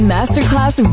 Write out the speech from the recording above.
Masterclass